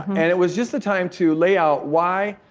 and it was just a time to lay out why,